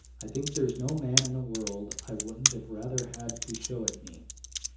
i think there's no man in the world i wouldn't have rather had to show it me.